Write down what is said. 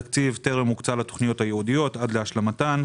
התקציב טרם הוקצה לתוכניות הייעודיות עד להשלמתן.